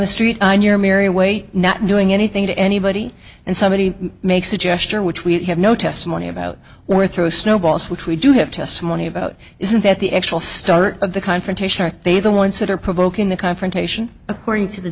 the street on your merry way not doing anything to anybody and somebody makes a gesture which we have no testimony about we're throw snowballs which we do have testimony about isn't that the actual start of the confrontation are they the ones that are provoking the confrontation according to the